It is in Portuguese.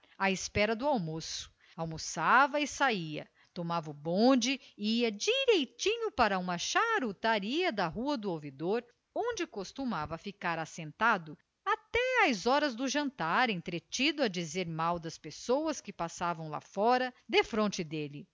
à espera do almoço almoçava e sala tomava o bonde e ia direitinho para uma charutaria da rua do ouvidor onde costumava ficar assentado até às horas do jantar entretido a dizer mal das pessoas que passavam lá fora defronte dele